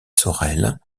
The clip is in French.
sorel